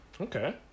Okay